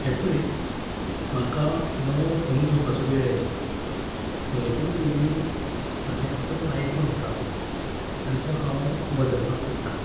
हें पळय म्हाका नवो फोन घेवपाचो वेळ आयला म्हजे कडेन पयलीं सध्या आसा तो आय फोन आसा आनी तो हांव बदलपाक सोदतां